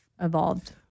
evolved